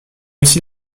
aussi